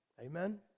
Amen